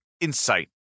insight